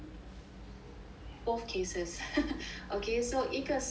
both cases okay so 一个是